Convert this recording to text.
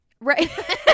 right